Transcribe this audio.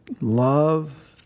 love